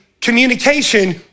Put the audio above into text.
communication